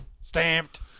Stamped